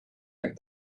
aeg